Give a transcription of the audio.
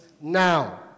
now